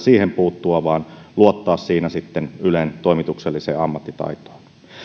puuttua vaan luottaa siinä sitten ylen toimitukselliseen ammattitaitoon